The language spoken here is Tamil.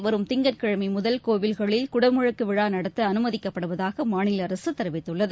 வரும் திங்கட்கிழமைமுதல் கோவில்களில் குடமுழக்குவிழாநடத்தஅனுமதிக்கப் படுவதாகமாநிலஅரசுதெரிவித்துள்ளது